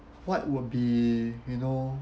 what would be you know